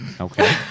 okay